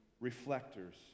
reflectors